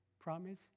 Promise